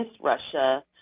Russia